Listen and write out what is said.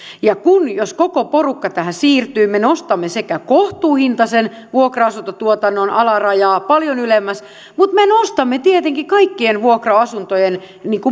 jos koko porukka tähän siirtyy me nostamme kohtuuhintaisen vuokra asuntotuotannon alarajaa paljon ylemmäs mutta me nostamme tietenkin kaikkien vuokra asuntojen